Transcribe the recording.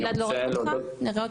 רואים